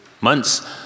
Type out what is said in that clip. months